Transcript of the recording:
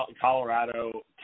Colorado